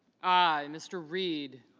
i. mr. reed